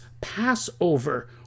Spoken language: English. Passover